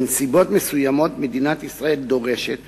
בנסיבות מסוימות מדינת ישראל דורשת,